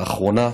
לאחרונה,